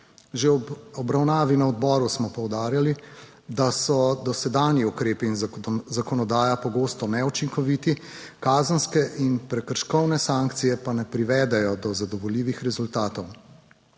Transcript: Že ob obravnavi na odboru smo poudarjali, da so dosedanji ukrepi in zakonodaja pogosto neučinkoviti, kazenske in prekrškovne sankcije pa ne privedejo do zadovoljivih rezultatov.